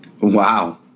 Wow